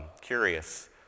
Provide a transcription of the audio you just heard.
curious